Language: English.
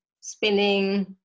spinning